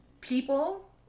people